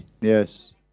Yes